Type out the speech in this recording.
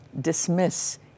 dismiss